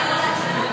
אמרת: לעבור להצבעה.